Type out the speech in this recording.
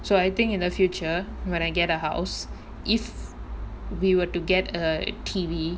so I think in the future when I get a house if we were to get a T_V